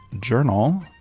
journal